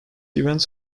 events